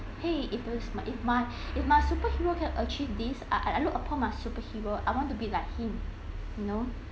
!hey! if there was if my if my superhero can achieve these uh I look upon my superhero I want to be like him you know